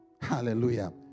Hallelujah